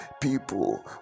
people